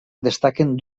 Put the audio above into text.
destaquen